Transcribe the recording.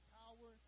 power